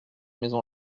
maison